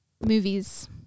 movies